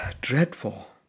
dreadful